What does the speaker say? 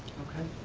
okay.